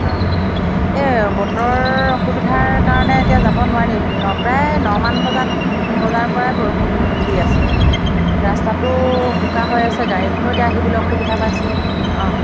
অ' এই বতৰৰ অসুবিধাৰ কাৰণে এতিয়া যাব নোৱাৰিম ন প্ৰায় নমান বজাত বজাৰৰ পৰাই বৰষুণ দি আছে ৰাস্তাতো বোকা হৈ আছে গাড়ীখনো এতিয়া আহিবলৈ অসুবিধা পাইছে অঁ